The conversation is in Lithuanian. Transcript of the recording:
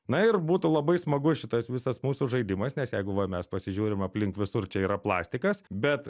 na ir būtų labai smagu šitas visas mūsų žaidimas nes jeigu va mes pasižiūrim aplink visur čia yra plastikas bet